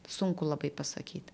sunku labai pasakyt